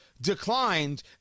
declined